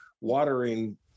watering